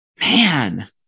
man